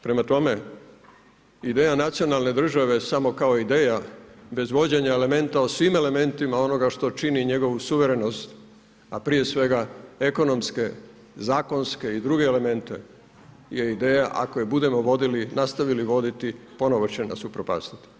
Prema tome, ideja nacionalne države samo kao ideja bez vođenja elementa o svim elementima onoga što čini njegovu suverenost, a prije svega ekonomske, zakonske i druge elemente je ideja ako je budemo nastavili voditi ponovo će nas upropastiti.